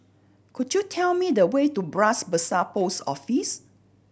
could you tell me the way to Bras Basah Post Office